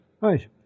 Right